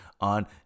on